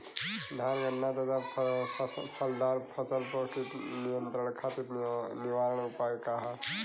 धान गन्ना तथा फलदार फसल पर कीट नियंत्रण खातीर निवारण उपाय का ह?